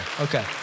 okay